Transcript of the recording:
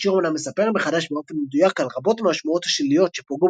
השיר אמנם מספר מחדש באופן מדויק על רבות מהשמועות השליליות שפגעו